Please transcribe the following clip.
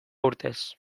urtez